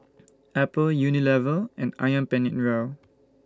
Apple Unilever and Ayam Penyet Ria